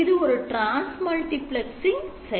இது ஒரு transmultiplexing செயல்பாடு